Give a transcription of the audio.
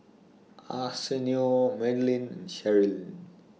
Arsenio Madelynn Cherilyn